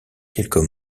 quelques